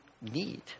need